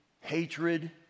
hatred